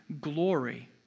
glory